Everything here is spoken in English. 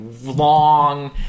long